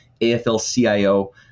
AFL-CIO